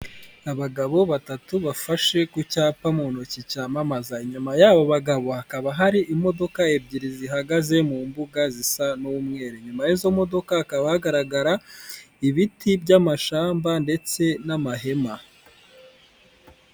Abagabo batatu bafashe ku cyapa mu ntoki cyamamaza. Inyuma y'abo bagabo hakaba hari imodoka ebyiri zihagaze mu mbuga zisa n'umweru, inyuma y'izo modoka hakaba hagaragara ibiti by'amashamba ndetse n'amahema.